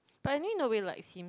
but anyway nobody likes him